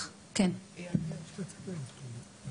אני ממש מצטערת,